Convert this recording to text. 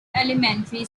elementary